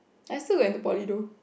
I still got into poly though